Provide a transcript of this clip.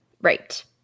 Right